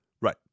Right